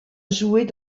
jouait